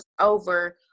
over